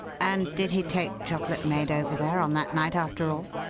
and did he take chocolate maid over there on that night, after all?